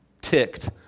ticked